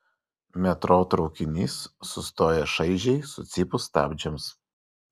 metro traukinys sustoja šaižiai sucypus stabdžiams